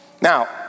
Now